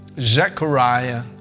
Zechariah